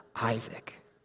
Isaac